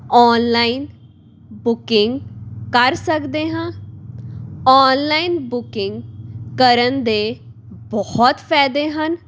online booking ਕਰ ਸਕਦੇ ਹਾਂ ਔਨਲਾਈਨ ਬੁਕਿੰਗ ਕਰਨ ਦੇ ਬਹੁਤ ਫ਼ਾਇਦੇ ਹਨ